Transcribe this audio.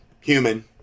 human